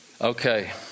okay